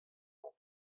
mañ